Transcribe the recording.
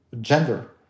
gender